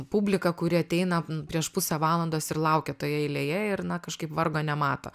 publika kuri ateina prieš pusę valandos ir laukia toje eilėje ir na kažkaip vargo nemato